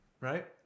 right